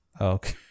Okay